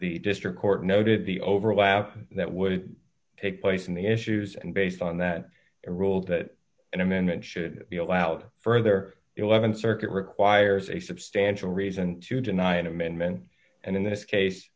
the district court noted the overlap that would take place in the issues and based on that rule that an amendment should be allowed further th circuit requires a substantial reason to deny an amendment and in this case